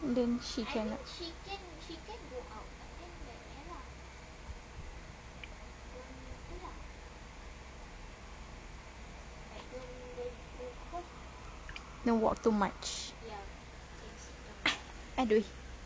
then she can don't walk too much !aduh!